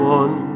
one